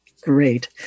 Great